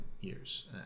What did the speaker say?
years